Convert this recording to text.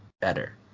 better